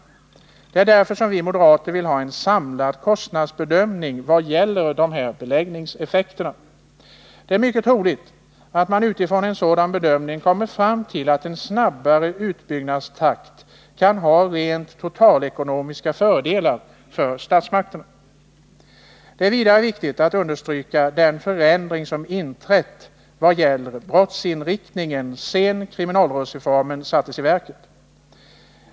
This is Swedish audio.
Därför vill vi moderater ha en samlad kostnadsbedömning i vad gäller beläggningseffekterna. Det är mycket troligt att man utifrån en sådan bedömning kommer fram till att en snabbare utbyggnadstakt kan ha totalekonomiska fördelar för statsmakterna. Det är vidare viktigt att understryka den förändring som inträtt när det gäller brottsinriktningen sedan kriminalvårdsreformen sattes i verket.